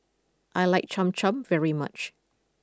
I like Cham Cham very much